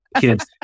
kids